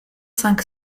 cinq